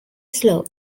slow